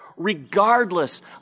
regardless